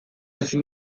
ezin